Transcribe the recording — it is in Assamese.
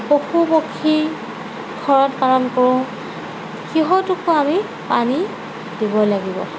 পশু পক্ষী ঘৰত পালন কৰোঁ সিহঁতকো আমি পানী দিব লাগিব